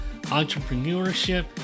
entrepreneurship